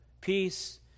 peace